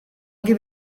give